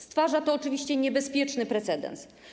Stwarza to oczywiście niebezpieczny precedens.